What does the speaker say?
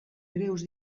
greus